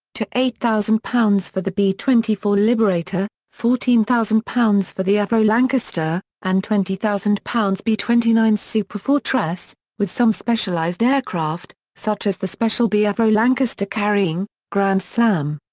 to eight thousand lb for the b twenty four liberator, fourteen thousand lb for the avro lancaster, and twenty thousand lb b twenty nine superfortress, with some specialized aircraft, such as the special b avro lancaster carrying grand slam.